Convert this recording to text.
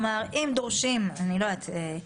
אני יודעת שיש